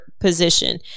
position